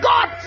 God